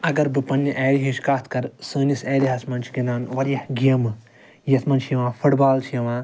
اگر بہٕ پننہِ ایرِیا ہٕچۍ کَتھ کَرٕ سٲنِس ایرِیا ہس منٛز چھِ گِنٛدان وارِیاہ گیمہٕ یَتھ منٛز چھِ یِوان فُٹبال چھِ یِوان